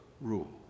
rule